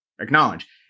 acknowledge